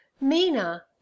Mina